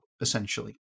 essentially